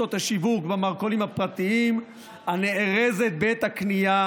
ברשתות השיווק ובמרכולים הפרטיים ונארזת בעת הקנייה,